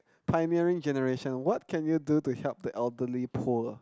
pioneering generation what can you do to help the elderly poor